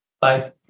Bye